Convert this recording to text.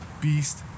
Beast